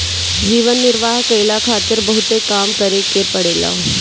जीवन निर्वाह कईला खारित बहुते काम करे के पड़ेला